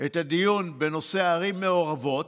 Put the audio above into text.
הדיון בנושא ערים מעורבות,